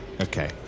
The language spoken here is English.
Okay